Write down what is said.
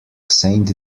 saint